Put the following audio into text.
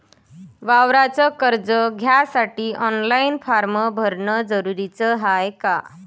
वावराच कर्ज घ्यासाठी ऑनलाईन फारम भरन जरुरीच हाय का?